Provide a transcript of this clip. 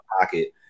pocket